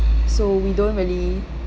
so we don't really